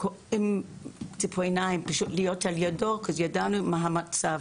כי ידענו מה המצב.